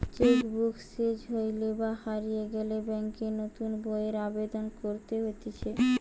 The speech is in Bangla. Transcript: চেক বুক সেস হইলে বা হারিয়ে গেলে ব্যাংকে নতুন বইয়ের আবেদন করতে হতিছে